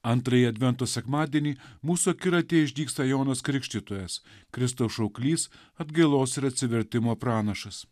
antrąjį advento sekmadienį mūsų akiratyje išdygsta jonas krikštytojas kristaus šauklys atgailos ir atsivertimo pranašas